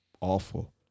Awful